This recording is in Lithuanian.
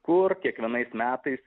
kur kiekvienais metais